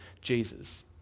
Jesus